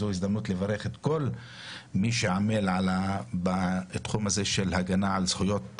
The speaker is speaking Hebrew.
ההזדמנות לברך את כל מי שעמל בתחום הזה של הגנה על זכויות עובדים,